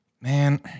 Man